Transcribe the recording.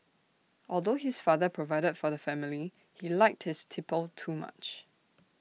although his father provided for the family he liked his tipple too much